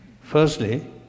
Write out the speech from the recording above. Firstly